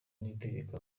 niyitegeka